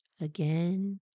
again